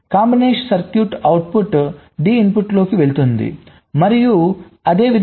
combination circuit output D ఇన్పుట్లలోకి వెళుతుంది మరియు అదే విధంగా